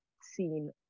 seen